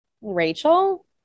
Rachel